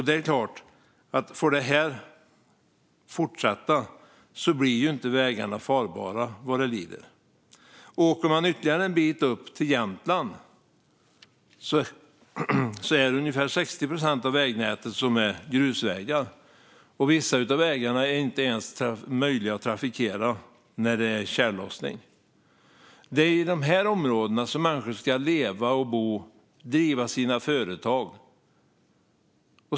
Det är klart att om detta får fortsätta blir vägarna till slut inte farbara. Ytterligare en bit norrut, i Jämtland, är ungefär 60 procent av vägnätet grusvägar, och vissa av vägarna är inte ens möjliga att trafikera när det är tjällossning. Det är i dessa områden som människor ska leva, bo och driva sina företag.